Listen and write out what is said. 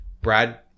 Brad—